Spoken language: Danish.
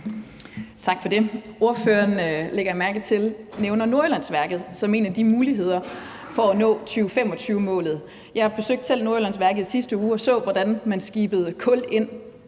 Tak for det. Jeg lagde mærke til, at ordføreren nævner Nordjyllandsværket som en af de muligheder for at nå 2025-målet. Jeg besøgte selv Nordjyllandsværket i sidste uge og så, hvordan man skibede kul ind.